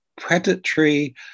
predatory